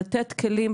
לתת כלים.